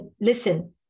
listen